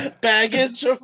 baggage